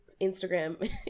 Instagram